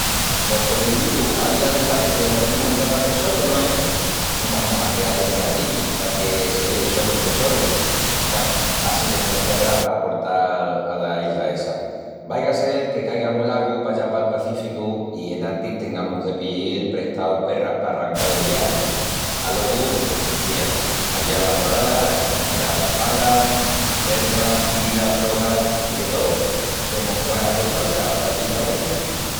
Pos corrienditu a avial el hatu que mos dimus en cata'l tesoru, no es? No mos amus a queal de mirandiqui paque se llevi sotru'l tesoru! Güenu, á si tenemus perras pa aportal ala isla essa. Vaiga a sel que caiga mu largu pallá pal Pacíficu i enantis tengamus de piíl prestau perras pa arrancal el viagi. Alogu lo que t'izía, avial la morrala i precural palas, liternas, pilas, sogas i de tó que mos puea hazel falta pallí pala isla.